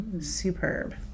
superb